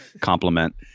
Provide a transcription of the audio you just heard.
compliment